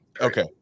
Okay